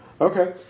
Okay